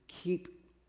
keep